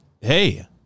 hey